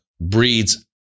breeds